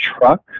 truck